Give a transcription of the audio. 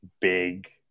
big